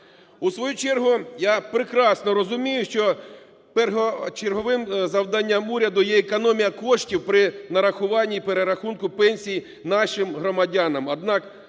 У свою чергу, я прекрасно розумію, що першочерговим завданням уряду є економія коштів при нарахуванні і перерахунку пенсій нашим громадянам,